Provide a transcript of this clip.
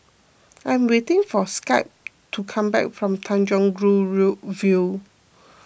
I am waiting for Skye to come back from Tanjong Rhu View